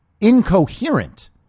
incoherent